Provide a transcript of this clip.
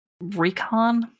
recon